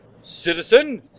citizen